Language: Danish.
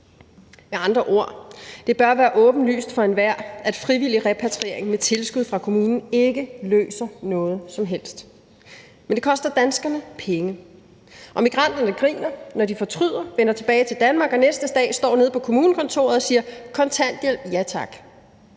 Med andre ord: Det bør være åbenlyst for enhver, at frivillig repatriering med tilskud fra kommunen ikke løser noget som helst. Men det koster danskerne penge. Migranterne griner, når de fortryder, vender tilbage til Danmark og næste dag står nede på kommunekontoret og siger: Kontanthjælp, ja tak.